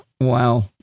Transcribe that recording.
Wow